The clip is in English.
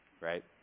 right